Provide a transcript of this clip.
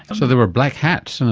and so they were black hats in a